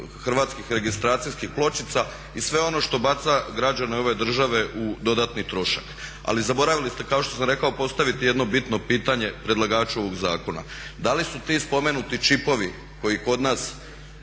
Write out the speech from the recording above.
hrvatskih registracijskih pločica i sve ono što baca građane ove države u dodatni trošak. Ali zaboravili ste, kao što sam rekao, postaviti jedno bitno pitanje predlagaču ovog zakona. Da li su ti spomenuti čipovi koji kod nas